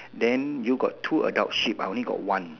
then you got two adult sheep I only got one